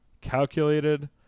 calculated –